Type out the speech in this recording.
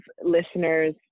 listeners